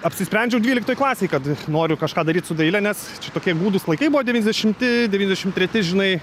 apsisprendžiau dvyliktoj klasėj kad noriu kažką daryt su daile nes čia tokie gūdūs laikai buvo devyniasdešimti devyniasdešim treti žinai